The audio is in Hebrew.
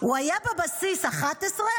הוא היה בבסיס ב-11:00,